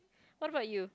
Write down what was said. what about you